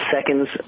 seconds